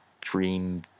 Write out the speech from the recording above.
Dream